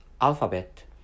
alphabet